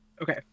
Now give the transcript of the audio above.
Okay